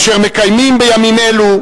אשר מקיימים בימים אלו,